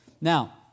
Now